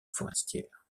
forestière